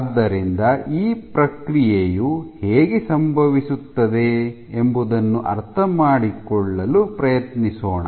ಆದ್ದರಿಂದ ಈ ಪ್ರಕ್ರಿಯೆಯು ಹೇಗೆ ಸಂಭವಿಸುತ್ತದೆ ಎಂಬುದನ್ನು ಅರ್ಥಮಾಡಿಕೊಳ್ಳಲು ಪ್ರಯತ್ನಿಸೋಣ